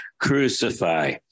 crucify